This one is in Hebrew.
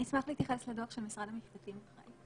אני אשמח להתייחס לדוח של משרד המשפטים אחרי זה.